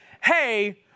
hey